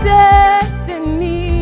destiny